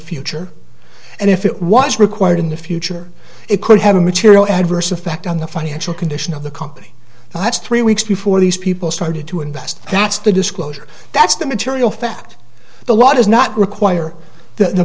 future and if it was required in the future it could have a material adverse effect on the financial condition of the company that's three weeks before these people started to invest that's the disclosure that's the material fact the law does not require the